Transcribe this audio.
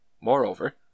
Moreover